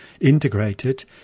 integrated